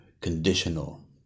conditional